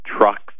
trucks